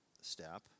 step